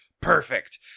perfect